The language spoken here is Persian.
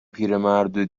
پیرمردو